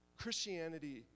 Christianity